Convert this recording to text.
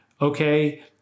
Okay